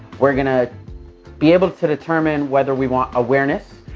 we're going to be able to determine whether we want awareness,